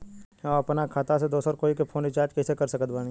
हम अपना खाता से दोसरा कोई के फोन रीचार्ज कइसे कर सकत बानी?